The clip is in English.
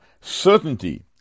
certainty